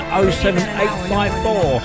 07854